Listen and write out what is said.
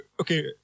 Okay